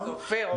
אופיר,